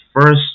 first